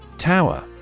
Tower